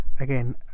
again